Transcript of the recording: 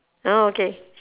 oh okay